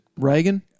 Reagan